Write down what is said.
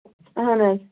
اَہَن حظ